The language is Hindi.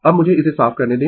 अब मुझे इसे साफ करने दें